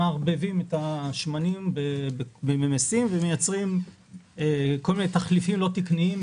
שמערבבים את השמנים בממיסים ומייצרים כל מיני תחליפים לא תקניים,